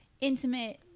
intimate